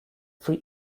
free